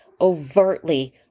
overtly